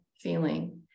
feeling